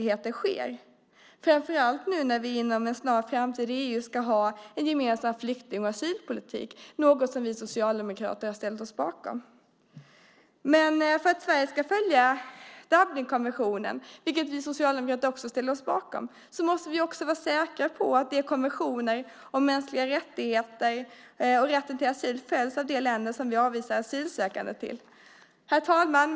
Det gäller framför allt nu när vi inom en snar framtid ska ha en gemensam flykting och asylpolitik i EU, något som vi socialdemokrater ställt oss bakom. För att Sverige ska följa Dublinkonventionen, vilket vi socialdemokrater också ställer oss bakom, måste vi vara säkra på att konventionerna om mänskliga rättigheter och rätten till asyl följs av de länder som vi avvisar asylsökande till. Herr talman!